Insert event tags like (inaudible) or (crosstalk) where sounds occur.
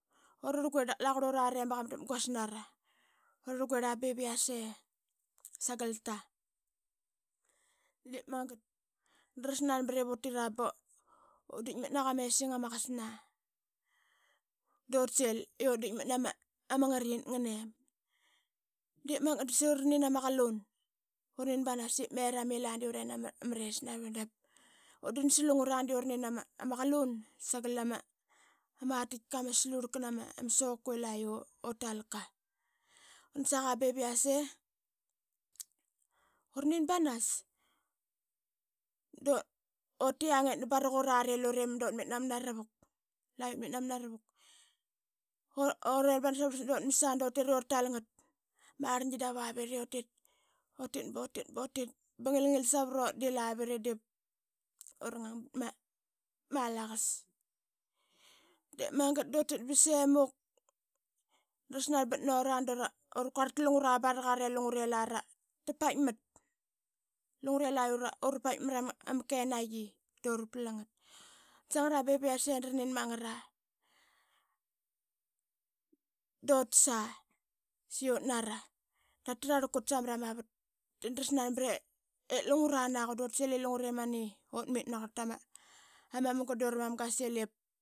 Dap la qurlurarimak ama dap guas nara, ura rlqurla bevi yase sagelta drasnanbat ip la utira but ditkmat naqama esing ama qasna, dut sil i utditkmat nama ngriqit nganem. De magat da saqi ura nin ama qalun, urnin banas ip meram i la de urin ama res navirl dap utdan slungra de urnin ama qalun sagal ama atitka ma slurlka nama suku ila utal ka. Utdan saqa bevi yase urnin banas dut i yangip nani barak urari lure mudu utmit namnara vuk, mada utmit namnara rak (hesitation) urin banasa dut mas a ba varlsat da yang dut iri ura talngat. Amrlngi dap avit i utit, but it, butit butit butit ba ngilngil savrut lavit i diip ura nang bat malaqas. De magat da utit ba semuk, dras nanbat nura dura kuarltlu ngra baraqara i lungre la ura paitmat mrama kenaqi dura plangat. Utdan sangra bevi yase da ranin mangra dutasa saqi utnara dap trarlkut samrama vat. De dra snanbat ip lungra naqua dut sil i lungre mani utmit naquarltam a munga dura mam qasil ip.